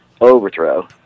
overthrow